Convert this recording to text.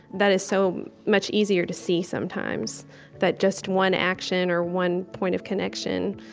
that is so much easier to see, sometimes that just one action, or one point of connection,